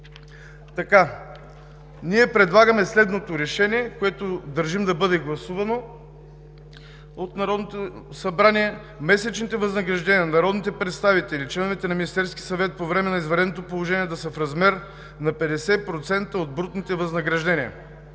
партии! Ние предлагаме следното решение, което държим да бъде гласувано от Народното събрание: „Месечните възнаграждения на народните представители и членовете на Министерския съвет по време на извънредното положение да са в размер на 50% от брутните възнаграждения“.